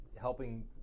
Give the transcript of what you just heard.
helping